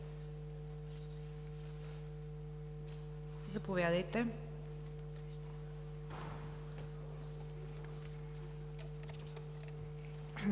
Заповядайте.